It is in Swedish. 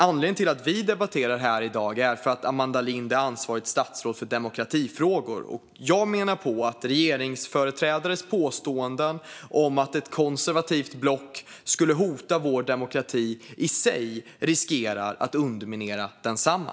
Anledningen till att vi debatterar här i dag är att Amanda Lind är ansvarigt statsråd för demokratifrågor, och jag menar att regeringsföreträdares påståenden om att ett konservativt block skulle hota vår demokrati i sig riskerar att underminera densamma.